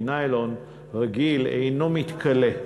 כי ניילון רגיל אינו מתכלה.